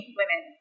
women